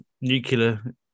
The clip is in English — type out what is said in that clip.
nuclear